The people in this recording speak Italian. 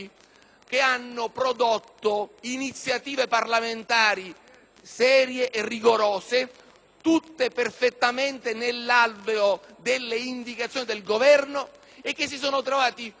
che hanno prodotto iniziative parlamentari serie e rigorose, tutte perfettamente nell'alveo delle indicazioni del Governo, e che hanno trovato